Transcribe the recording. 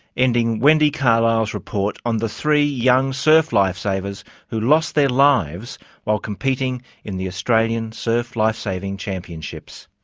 ending wendy carlisle's report on the three young surf lifesavers who lost their lives while competing in the australian surf live saving championships.